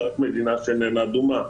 רק מדינה שאיננה אדומה.